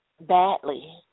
badly